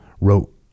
wrote